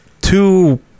two